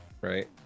right